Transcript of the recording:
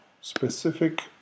specific